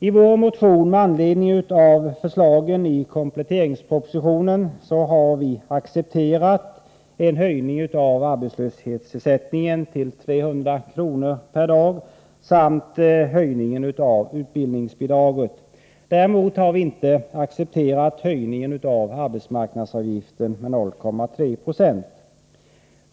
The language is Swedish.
I vår motion med anledning av förslagen i kompletteringspropositionen har vi accepterat en höjning av arbetslöshetsersättningen till 300 kr. per dag samt höjningen av utbildningsbidraget. Däremot har vi inte accepterat höjningen av arbetsmarknadsavgiften med 0,3 96.